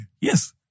Yes